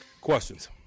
questions